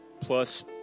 plus